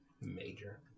Major